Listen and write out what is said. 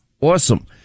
Awesome